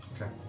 Okay